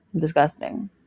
disgusting